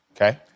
Okay